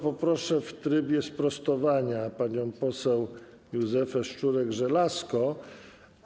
Poproszę w trybie sprostowania panią poseł Józefę Szczurek-Żelazko.